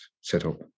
setup